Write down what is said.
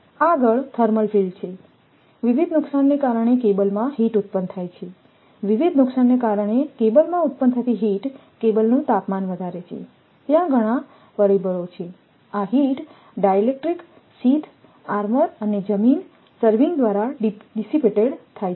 આગળ thermal field છે વિવિધ નુકસાનને કારણે કેબલમાં હીટ ઉત્પન્ન થાય છેવિવિધ નુકસાનને કારણે કેબલમાં ઉત્પન્ન થતી હીટ કેબલનું તાપમાન વધારે છેત્યાં ઘણા પરિબળો છેઆ હીટ ડાઇલેક્ટ્રિકશીથઆર્મરઅને જમીનસર્વિંગ દ્વારા ડીસીપેટેડ થાય છે